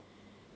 okay